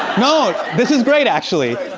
no, this is great actually.